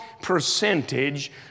percentage